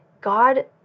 God